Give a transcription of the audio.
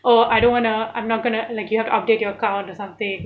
oh I don't wanna I'm not gonna like you have to update your account or something